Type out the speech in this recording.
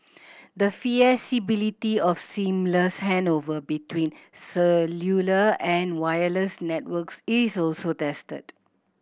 the feasibility of seamless handover between cellular and wireless networks is also tested